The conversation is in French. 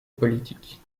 politique